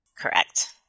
Correct